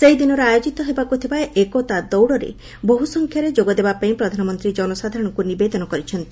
ସେହିଦିନ ଆୟୋଜିତ ହେବାକୁ ଥିବା ଏକତା ଦୌଡ଼ରେ ବହୁ ସଂଖ୍ୟାରେ ଯୋଗ ଦେବାପାଇଁ ପ୍ରଧାନମନ୍ତ୍ରୀ ଜନସାଧାରଣଙ୍କୁ ନିବେଦନ କରିଛନ୍ତି